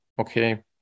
okay